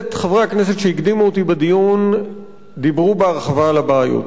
חברי הכנסת שהקדימו אותי בדיון דיברו בהרחבה על הבעיות.